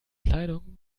kleidung